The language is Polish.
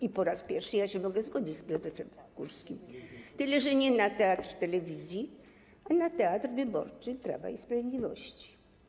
I po raz pierwszy mogę się zgodzić z prezesem Kurskim - tyle że nie na Teatr Telewizji, a na teatr wyborczy Prawa i Sprawiedliwości.